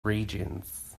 regions